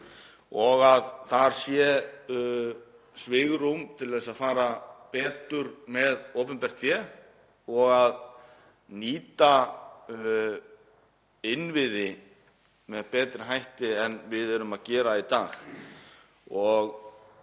og að þar sé svigrúm til þess að fara betur með opinbert fé og nýta innviði með betri hætti en við erum að gera í dag.